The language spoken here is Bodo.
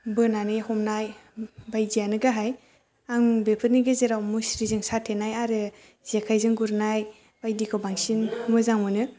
बोनानै हमनाय बायदियानो गाहाय आं बेफोरनि गेजेराव मुस्रिजों साथेनाय आरो जेखायजों गुरनाय बायदिखौ बांसिन मोजां मोनो